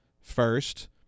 First